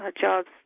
Jobs